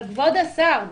אבל כבוד השר,